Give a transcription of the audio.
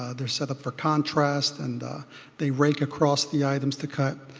ah they're set up for contrast and they rake across the items to cut,